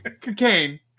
Cocaine